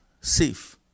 safe